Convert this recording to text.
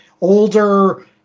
older